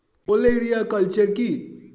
ওলেরিয়া কালচার কি?